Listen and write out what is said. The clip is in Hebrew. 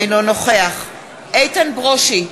אינו נוכח איתן ברושי,